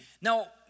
Now